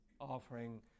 offering